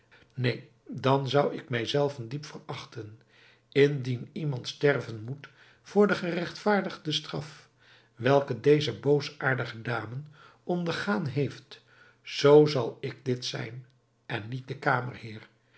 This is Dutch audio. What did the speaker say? neen dan zou ik mij zelven diep verachten indien iemand sterven moet voor de regtvaardige straf welke deze boosaardige dame ondergaan heeft zoo zal ik dit zijn en niet de kamerheer